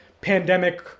pandemic